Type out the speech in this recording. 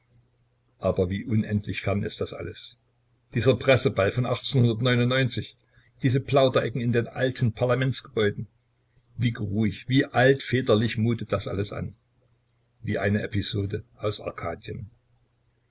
aber wie unendlich fern ist das alles dieser presseball von diese plauderecken in den alten parlamentsgebäuden wie geruhig wie altväterlich mutet das alles an wie eine episode aus